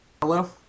Hello